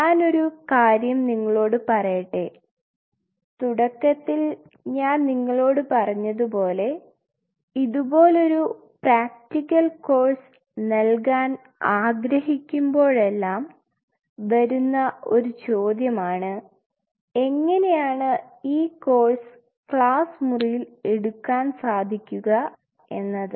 ഞാൻ ഒരു കാര്യം നിങ്ങളോട് പറയട്ടെ തുടക്കത്തിൽ ഞാൻ നിങ്ങളോട് പറഞ്ഞതുപോലെ ഇതുപോലൊരു പ്രാക്ക്ടിക്കൽ കോഴ്സ് നൽകാൻ ആഗ്രഹിക്കുമ്പോഴെല്ലാം വരുന്ന ഒരു ചോദ്യമാണ് എങ്ങനെയാണ് ഈ കോഴ്സ് ക്ലാസ് മുറിയിൽ എടുക്കാൻ സാധിക്കുക എന്നത്